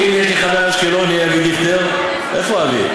הנה, יש לי חבר אשקלוני, אבי דיכטר, איפה אבי?